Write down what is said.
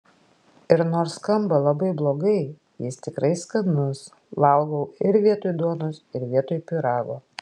ir nors skamba labai blogai jis tikrai skanus valgau ir vietoj duonos ir vietoj pyrago